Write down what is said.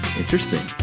interesting